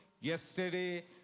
yesterday